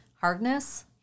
hardness